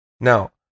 Now